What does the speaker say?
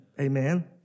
Amen